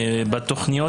בתכניות,